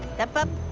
step up.